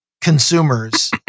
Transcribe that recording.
consumers